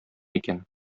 икән